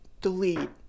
delete